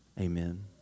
Amen